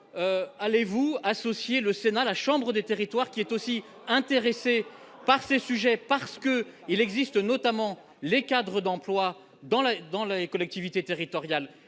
allez-vous associez le Sénat, la Chambre des territoires qui est aussi intéressé par ces sujets parce que il existe notamment les cadres d'emploi dans la dans la et collectivités territoriales,